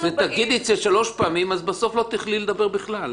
תגידי את זה שלוש פעמים אז בסוף לא תוכלי לדבר בכלל.